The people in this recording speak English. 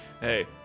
Hey